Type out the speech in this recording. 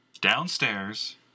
downstairs